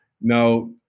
Now